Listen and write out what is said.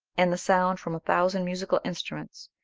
and the sound from a thousand musical instruments,